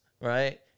right